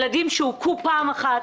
ילדים שהוכו פעם אחת,